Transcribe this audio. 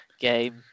game